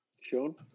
Sean